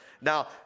Now